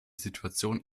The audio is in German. situation